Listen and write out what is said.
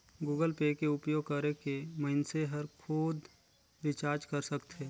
Google pay के उपयोग करके मइनसे हर खुद रिचार्ज कर सकथे